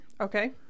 Okay